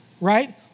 right